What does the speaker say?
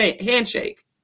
handshake